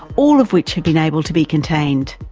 all of which have been able to be contained.